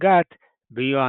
ופסגת ביואנג'ל.